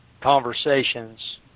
conversations